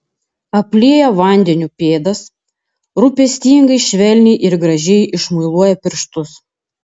aplieja vandeniu pėdas rūpestingai švelniai ir gražiai išmuiluoja pirštus